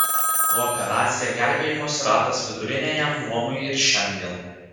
kooperacija gelbėjimosi ratas viduriniajam luomui ir šiandien